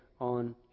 on